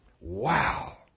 Wow